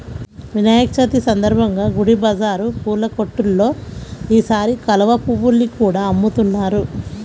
వినాయక చవితి సందర్భంగా గుడి బజారు పూల కొట్టుల్లో ఈసారి కలువ పువ్వుల్ని కూడా అమ్ముతున్నారు